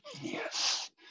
Yes